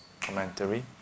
commentary